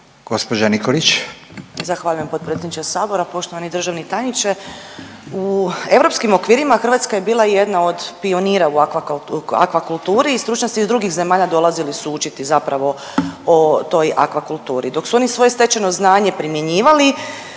(Socijaldemokrati)** Zahvaljujem potpredsjedniče sabora. Poštovani državni tajniče, u europskim okvirima Hrvatska je bila jedna od pionira u akvakulturi i stručnjaci iz drugih zemalja dolazili su učiti zapravo o toj akvakulturi. Dok su oni svoje stečeno znanje primjenjivali